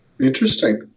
Interesting